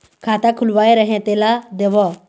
खाता खुलवाय रहे तेला देव?